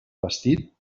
vestit